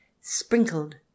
sprinkled